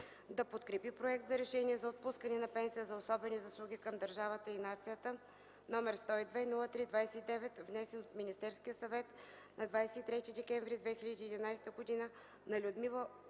да подкрепи Проект за решение за отпускане на пенсия за особени заслуги към държавата и нацията, 102-03-29, внесен от Министерския съвет на 23 декември 2011 г. на Людмила